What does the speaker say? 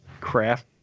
craft